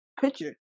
picture